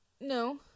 No